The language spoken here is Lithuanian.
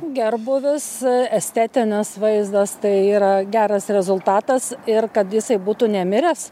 gerbūvis estetinis vaizdas tai yra geras rezultatas ir kad jisai būtų nemiręs